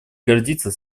гордится